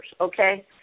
okay